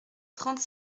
trente